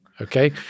okay